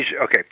Okay